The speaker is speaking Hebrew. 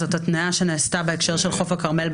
זאת התניה שנעשתה בהקשר של חוף הכרמל,